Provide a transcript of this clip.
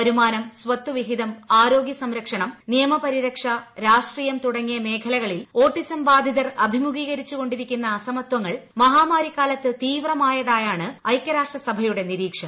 വരുമാനം സ്വത്തുവിഹിതം ആരോഗൃസംരക്ഷണം നിയമപരിരക്ഷ രാഷ്ട്രീയം തുടങ്ങിയ മേഖലകളിൽ ഓട്ടിസംബാധിതർ അഭിമൂഖീകരിച്ചുകൊണ്ടിരുന്ന അസമത്വങ്ങൾ മഹാമാരിക്കാലത്ത് തീവ്രമായതായാണ് ഐക്യരാഷ്ട്രസഭയുടെ നിരീക്ഷണം